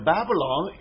Babylon